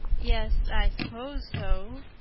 yes, i suppose so,